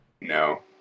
no